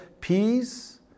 Peace